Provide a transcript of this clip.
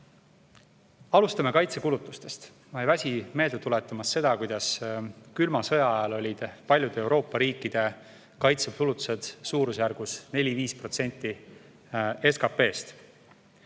Alustame kaitsekulutustest. Ma ei väsi meelde tuletamast seda, kuidas külma sõja ajal olid paljude Euroopa riikide kaitsekulutused suurusjärgus 4–5% SKP-st.